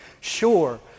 sure